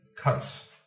cuts